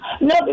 No